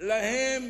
שלהם